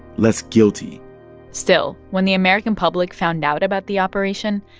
less guilty still, when the american public found out about the operation,